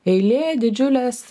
eilė didžiulės